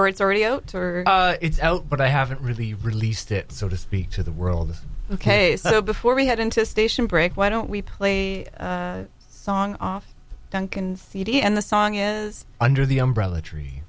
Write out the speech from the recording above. are it's already oh it's out but i haven't really released it so to speak to the world ok so before we get into station break why don't we play a song off duncan's cd and the song is under the umbrella tree